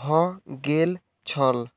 भ गेल छल